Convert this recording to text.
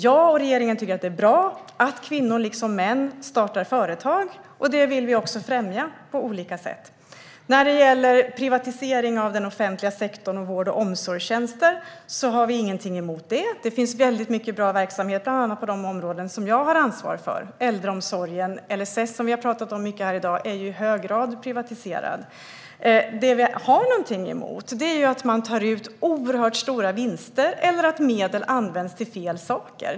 Jag och regeringen tycker att det är bra att kvinnor liksom män startar företag, och det vill vi också främja på olika sätt. Privatisering av den offentliga sektorn och vård och omsorgstjänster har vi ingenting emot. Det finns väldigt mycket bra verksamhet bland annat på de områden som jag har ansvar för, till exempel äldreomsorgen och LSS. Den senare har vi pratat mycket om här i dag, och den är privatiserad i hög grad. Det vi har någonting emot är att man tar ut oerhört stora vinster eller att medel används till fel saker.